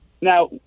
now